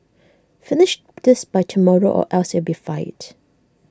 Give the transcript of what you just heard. finish this by tomorrow or else you'll be fired